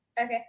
okay